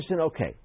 okay